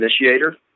initiator